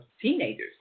teenagers